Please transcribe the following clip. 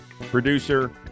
producer